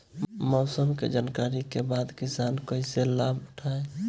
मौसम के जानकरी के बाद किसान कैसे लाभ उठाएं?